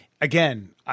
Again